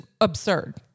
absurd